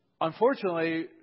Unfortunately